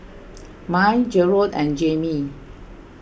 Mai Jerrod and Jamey